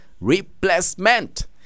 replacement